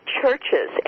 churches